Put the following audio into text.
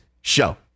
show